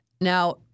now